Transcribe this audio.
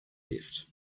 left